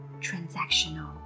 transactional